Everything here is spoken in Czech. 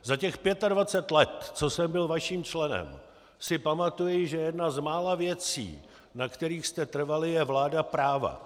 Za těch 25 let, co jsem byl vaším členem, si pamatuji, že jedna z mála věcí, na kterých jste trvali, je vláda práva.